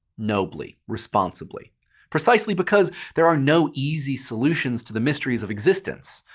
nobly, responsibly precisely because there are no easy solutions to the mysteries of existence,